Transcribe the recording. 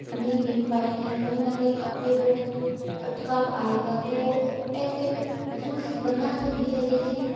नहीं मिल पाएगी कहीं ना कहीं आपके वो अटकाव आएगा तो ऐसे रूल्स बना तो दिए लेकिन